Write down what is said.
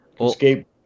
escape